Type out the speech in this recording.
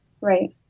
Right